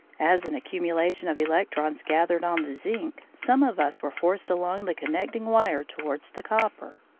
as an accumulation of electrons gathered on the zinc, some of us were forced along the connecting wire towards the copper.